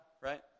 right